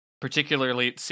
particularly